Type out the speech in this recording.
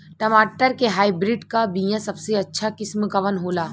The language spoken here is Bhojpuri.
टमाटर के हाइब्रिड क बीया सबसे अच्छा किस्म कवन होला?